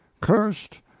cursed